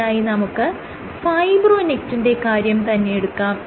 ഇതിനായി നമുക്ക് ഫൈബ്രോനെക്റ്റിന്റെ കാര്യം തന്നെയെടുക്കാം